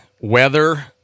Weather